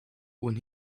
when